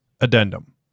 Addendum